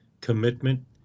commitment